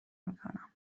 میکنم